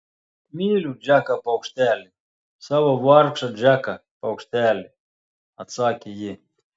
myliu džeką paukštelį savo vargšą džeką paukštelį atsakė ji